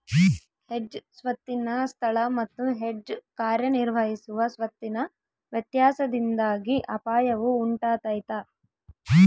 hedge ಸ್ವತ್ತಿನ ಸ್ಥಳ ಮತ್ತು ಹೆಡ್ಜ್ ಕಾರ್ಯನಿರ್ವಹಿಸುವ ಸ್ವತ್ತಿನ ವ್ಯತ್ಯಾಸದಿಂದಾಗಿ ಅಪಾಯವು ಉಂಟಾತೈತ